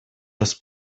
раз